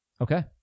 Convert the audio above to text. Okay